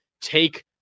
take